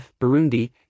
Burundi